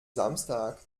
samstag